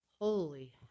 Holy